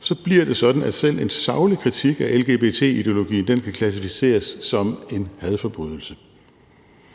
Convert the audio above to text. Så bliver det sådan, at selv en saglig kritik af lgbt-ideologien kan klassificeres som en hadforbrydelse.